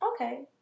okay